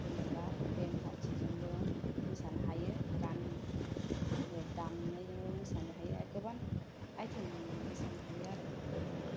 जेनेबा बेण्डपार्थिजोंबो मोसानो हायो गानबो दामनायजोंबो मोसानो हायो गोबां आइटेमनि मोसानो हायो आरो जोंना